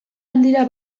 handira